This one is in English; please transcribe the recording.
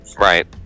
Right